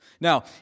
Now